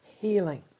healing